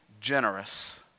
generous